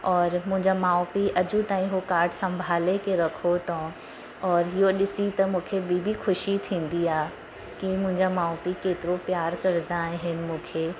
और मुंहिंजा माउ पीउ अॼु ताईं हो कार्ड संभाले के रखो अथऊं और इहो ॾिसी त मूंखे बि बि ख़ुशी थींदी आहे कि मुंहिंजा माउ पीउ केतिरो प्यार कंदा आहिनि मूंखे